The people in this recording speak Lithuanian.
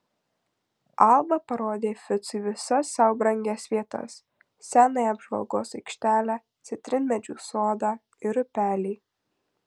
alba parodė ficui visas sau brangias vietas senąją apžvalgos aikštelę citrinmedžių sodą ir upelį